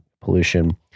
Pollution